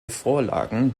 vorlagen